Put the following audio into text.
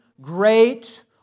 great